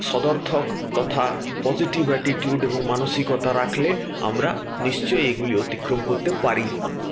সদর্থক তথা positive attitude এবং মানসিকতা রাখলে আমরা নিশ্চয়ই এগুলি অতিক্রম করতে পারি